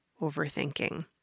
overthinking